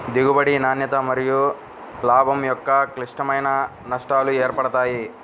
దిగుబడి, నాణ్యత మరియులాభం యొక్క క్లిష్టమైన నష్టాలు ఏర్పడతాయి